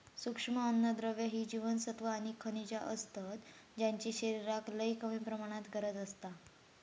सूक्ष्म अन्नद्रव्य ही जीवनसत्वा आणि खनिजा असतत ज्यांची शरीराक लय कमी प्रमाणात गरज असता